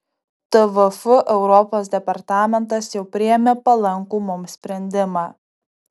tvf europos departamentas jau priėmė palankų mums sprendimą